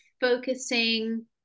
focusing